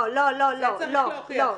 זה צריך להוכיח.